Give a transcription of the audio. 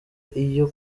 iyo